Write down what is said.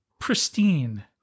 pristine